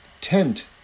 tent